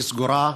היא סגורה.